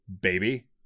baby